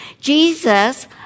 Jesus